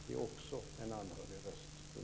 Det är också en anhörigröst, fru minister.